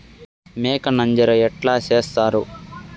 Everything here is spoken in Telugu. మేక నంజర ఎట్లా సేస్తారు?